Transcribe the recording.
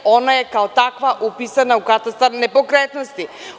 Ona je kao takva upisana u Katastar nepokretnosti.